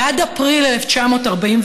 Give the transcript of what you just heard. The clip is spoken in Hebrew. ועד אפריל 1945,